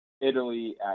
Italy